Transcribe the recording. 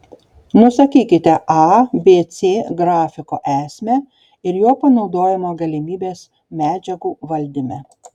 nusakykite abc grafiko esmę ir jo panaudojimo galimybes medžiagų valdyme